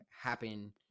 happen